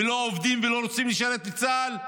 לא עובדים ולא רוצים לשרת בצה"ל,